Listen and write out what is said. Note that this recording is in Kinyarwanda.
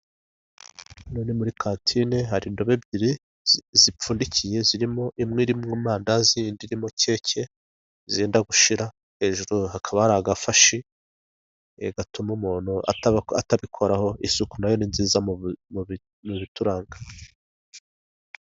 Hano ni muri kantine, har'indobo zipfundikiye imwe irimo amandazi indi irimo keke zenda gushira. Hejuru hakaba hari agafashi gatuma umuntu atabikoraho. Isuku nayo ni nziza mu bituranga.